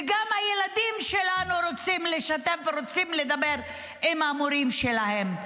וגם הילדים שלנו רוצים לשתף ורוצים לדבר עם המורים שלהם,